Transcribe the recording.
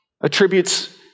attributes